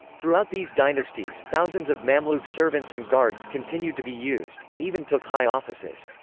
throughout these dynasties, thousands of mamluk servants and guards continued to be used, and even took high offices.